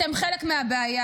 אתם חלק מהבעיה,